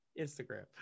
instagram